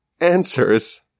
answers